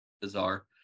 Bizarre